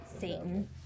Satan